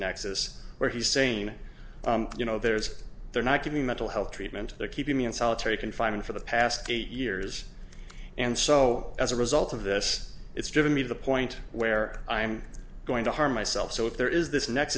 nexus where he's saying you know there's they're not getting mental health treatment they're keeping me in solitary confinement for the past eight years and so as a result of this it's driven me to the point where i'm going to harm myself so if there is this